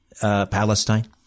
Palestine